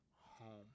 home